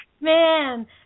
man